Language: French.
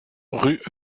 rue